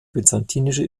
byzantinische